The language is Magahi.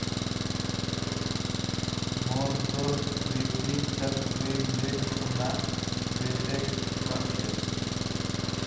मोर दोस्त रितिक छात्र ऋण ले खूना बीटेक कर छ